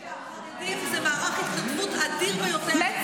כי החרדים זה מערך התנדבות אדיר ביותר --- רק רגע,